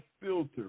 filter